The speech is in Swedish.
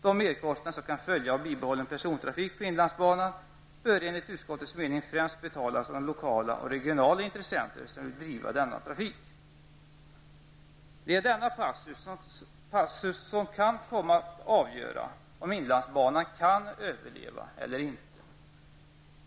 De merkostnader som kan följa av en bibehållen persontrafik på inlandsbanan bör enligt utskottets mening främst betalas av de lokala och regionala intressenter som vill driva denna trafik.'' Det är denna passus som kan komma att avgöra om inlandsbanan kan överleva eller inte.